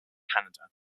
canada